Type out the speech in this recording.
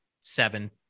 seven